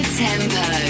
tempo